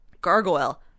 gargoyle